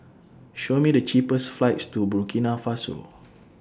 Show Me The cheapest flights to Burkina Faso